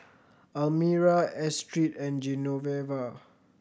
Almyra Astrid and Genoveva